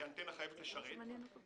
כי האנטנה חייבת לשרת את התושבים,